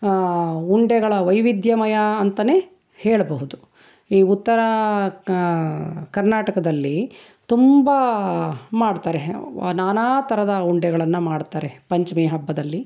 ಉಂಡೆಗಳ ವೈವಿಧ್ಯಮಯ ಅಂತನೇ ಹೇಳಬಹುದು ಈ ಉತ್ತರ ಕ ಕರ್ನಾಟಕದಲ್ಲಿ ತುಂಬ ಮಾಡ್ತಾರೆ ನಾನಾ ಥರದ ಉಂಡೆಗಳನ್ನು ಮಾಡ್ತಾರೆ ಪಂಚಮಿ ಹಬ್ಬದಲ್ಲಿ